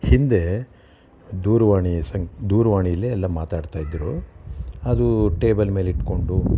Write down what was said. ಹಿಂದೆ ದೂರವಾಣಿ ಸನ್ ದೂರವಾಣೀಲೇ ಎಲ್ಲ ಮಾತಾಡ್ತಾ ಇದ್ದರು ಅದು ಟೇಬಲ್ ಮೇಲಿಟ್ಕೊಂಡು